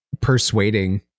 persuading